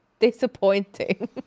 disappointing